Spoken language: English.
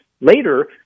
later